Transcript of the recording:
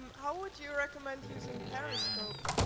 um how would you recommend using periscope?